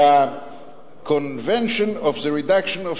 זה ה- Convention of the Reduction of